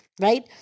Right